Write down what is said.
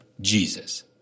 Jesus